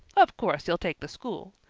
of course you'll take the school.